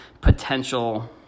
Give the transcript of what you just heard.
potential